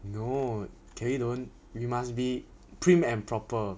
no can we don't you must be prim and proper